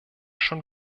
schon